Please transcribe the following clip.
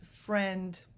friend